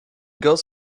goes